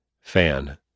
Fan